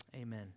amen